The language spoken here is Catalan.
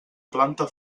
planta